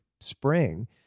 spring